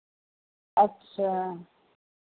अच्छा